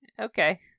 okay